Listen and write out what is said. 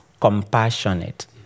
compassionate